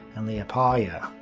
and liepaja.